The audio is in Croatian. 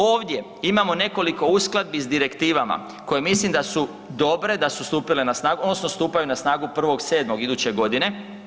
Ovdje imamo nekoliko uskladbi s direktivama koje mislim da su dobre, da su stupile na snagu, odnosno stupaju na snagu 1.7. iduće godine.